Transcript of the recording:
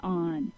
on